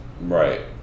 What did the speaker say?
Right